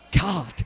God